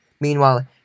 Meanwhile